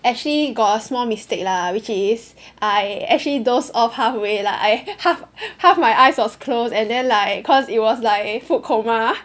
actually got a small mistake lah which is I actually doze off halfway like I half half my eyes was closed and then like cause it was like food coma